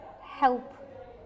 help